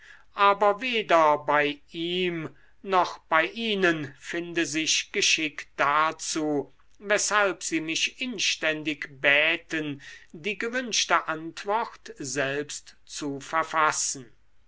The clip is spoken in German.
aber weder bei ihm noch bei ihnen finde sich geschick dazu weshalb sie mich inständig bäten die gewünschte antwort selbst zu verfassen